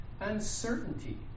uncertainty